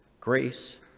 grace